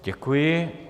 Děkuji.